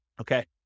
Okay